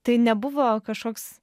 tai nebuvo kažkoks